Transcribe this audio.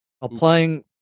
applying